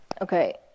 Okay